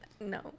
No